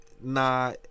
nah